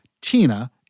Tina